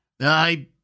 I